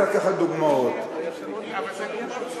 הלכה למעשה, תראה את האיחוד הלאומי.